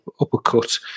uppercut